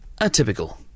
atypical